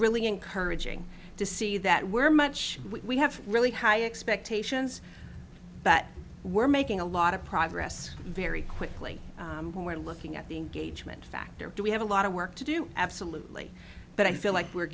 really encouraging to see that we're much we have really high expectations but we're making a lot of progress very quickly who are looking at the engagement factor do we have a lot of work to do absolutely but i feel like we're